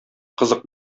кызык